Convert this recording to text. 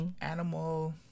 Animal